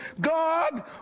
God